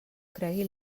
cregui